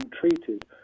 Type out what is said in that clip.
treated